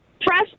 press